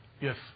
yes